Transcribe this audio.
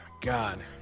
God